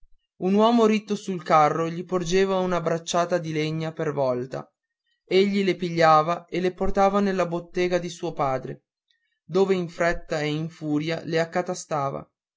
un uomo ritto sul carro gli porgeva una bracciata di legna per volta egli le pigliava e le portava nella bottega di suo padre dove in fretta e in furia le accatastava